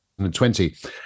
2020